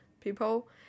people